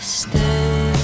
stay